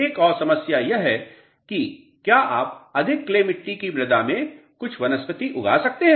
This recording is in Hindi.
एक और समस्या यह है कि क्या आप अधिक क्ले मात्रा की मृदा में कुछ वनस्पति उगा सकते हैं